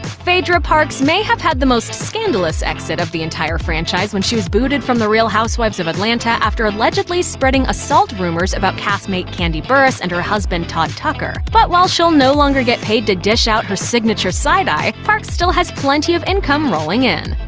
phaedra parks may have had the most scandalous exit of the entire franchise when she was booted from the real housewives of atlanta after allegedly spreading assault rumors about castmate kandi burruss and her husband, todd tucker. but while she'll no longer get paid to dish out her signature side eye, parks still has plenty of income rolling in.